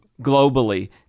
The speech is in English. globally